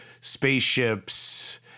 spaceships